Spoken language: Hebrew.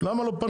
למה לא פנו?